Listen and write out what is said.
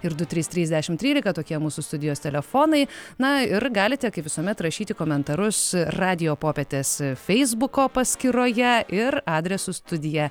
ir du trys trys dešimt trylika tokie mūsų studijos telefonai na ir galite kaip visuomet rašyti komentarus radijo popietės feisbuko paskyroje ir adresu studija